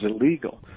illegal